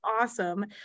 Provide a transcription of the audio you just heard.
awesome